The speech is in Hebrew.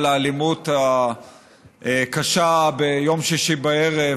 על האלימות הקשה ביום שישי בערב,